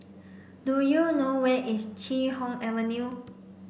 do you know where is Chee Hoon Avenue